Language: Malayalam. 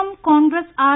M Congress R